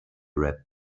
read